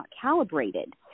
calibrated